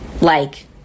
Like-